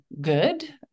good